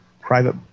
private